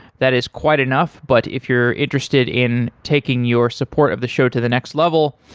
that is quite enough, but if you're interested in taking your support of the show to the next level,